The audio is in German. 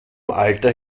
alter